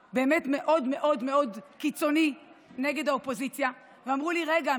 המאוד-מאוד-מאוד קיצוני נגד האופוזיציה ואמרו לי: רגע,